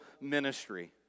ministry